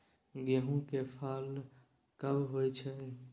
गेहूं के फसल कब होय छै?